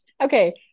Okay